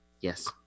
yes